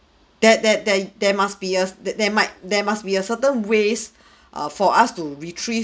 that that that there must be a that there might there must be a certain ways err for us to retrieve